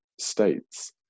states